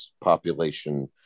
population